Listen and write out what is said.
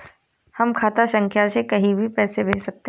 हम खाता संख्या से कहीं भी पैसे कैसे भेज सकते हैं?